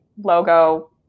logo